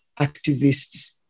activists